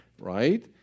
right